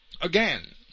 Again